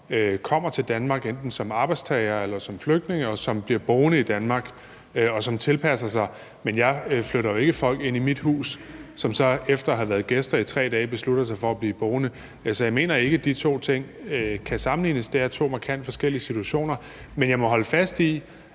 kommer til Danmark, enten som arbejdstagere eller som flygtninge, som bliver boende i Danmark, og som tilpasser sig, men jeg inviterer jo ikke folk ind i mit hus, som så efter at have været gæster i 3 dage beslutter sig for at blive boende. Så jeg mener ikke, at de to ting kan sammenlignes. Det er to markant forskellige situationer. Jeg må holde fast i,